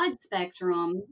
spectrum